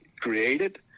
created